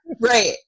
right